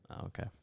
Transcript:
Okay